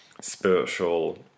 spiritual